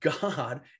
God